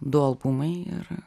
du albumai ir